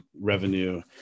revenue